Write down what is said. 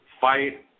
fight